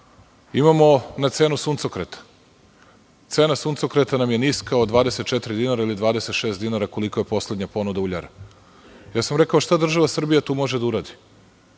Imamo na cenu suncokreta. Cena suncokreta nam je niska od 24 dinara ili 26 dinara, kolika je poslednja ponuda uljara. Rekao sam – šta država Srbija može tu da uradi?